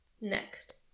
Next